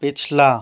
پچھلا